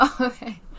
okay